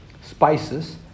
spices